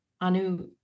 Anu